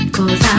Cause